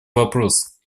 вопрос